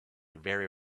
very